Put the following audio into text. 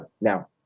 Now